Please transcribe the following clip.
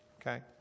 Okay